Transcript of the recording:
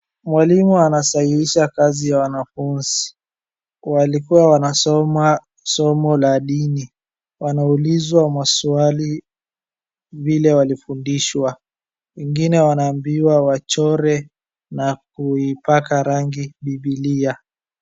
Mwalimu anasahihisha kazi ya mwanafuzi. Walikuwa wanasoma somo la dini. Wanaulizwa maswali vile walifundishwa. Wengine wanaabiwa wachore na kuipaka rangi bibilia.